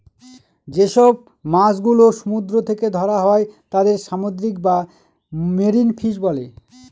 যেসব মাছ গুলো সমুদ্র থেকে ধরা হয় তাদের সামুদ্রিক বা মেরিন ফিশ বলে